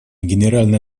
генеральная